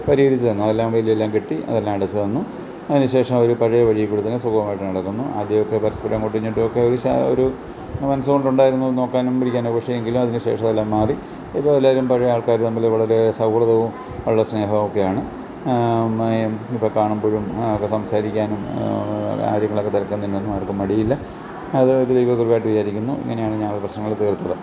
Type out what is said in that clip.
പരിഹരിച്ചു തന്നു അതെല്ലാം വേലിയെല്ലാം കെട്ടി അതെല്ലാം അടച്ച് തന്നു അതിന് ശേഷം അവർ പഴയ വഴിയിൽക്കൂടെ തന്നെ സുഖമായിട്ട് നടക്കുന്നു ആദ്യമൊക്കെ പരസ്പരം അങ്ങോട്ടും ഇങ്ങോട്ടുമൊക്കെ ഒരു ഒരു മനസ്സുകൊണ്ട് ഉണ്ടായിയിരുന്നു നോക്കാനും പിടിക്കാനും പക്ഷെ എങ്കിലും അതിനുശേഷവും അതെല്ലാം മാറി ഇതുപോലെ എല്ലാവരും പഴയ ആൾക്കാർ തമ്മിൽ വളരെ സൗഹൃദവും വളരെ സ്നേഹവുമൊക്കെയാണ് ഇപ്പം കാണുമ്പോഴും ഒക്കെ സംസാരിക്കാനും കാര്യങ്ങളൊക്കെ തിരക്കാൻ തന്നെയും ആർക്കും മടിയില്ല അത് ദൈവ കൃപയായിട്ട് വിചാരിക്കുന്നു ഇങ്ങനെയാണ് ഞാൻ പ്രശ്നങ്ങൾ തീർത്തത്